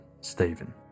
Stephen